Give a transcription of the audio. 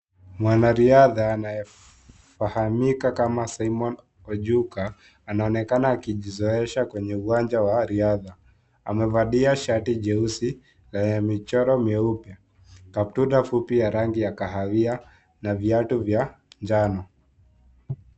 Mwanariadha anayefahamika kama Simon Ojuka anaonekana akijizoeza kwenye uwanja wa riadha. Amevalia shati jeupe lenye michoro meupe, kaptura fupi ya rangi ya kahawia na viatu vya njano.